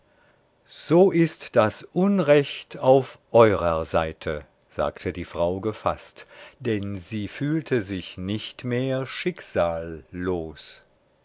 so ist das unrecht auf eurer seite sagte die frau gefaßt denn sie fühlte sich nicht mehr schicksallos